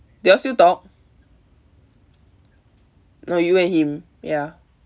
do you all still talk no you and him ya